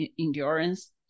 endurance